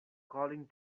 calling